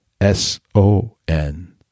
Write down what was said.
S-O-N